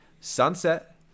sunset